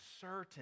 certain